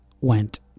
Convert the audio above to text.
went